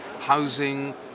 Housing